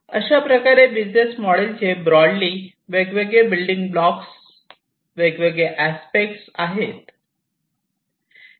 अशाप्रकारे बिझनेस मॉडेलचे ब्रोडली वेगवेगळे बिल्डींग ब्लॉक वेगवेगळे अस्पेक्ट आहेत